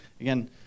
again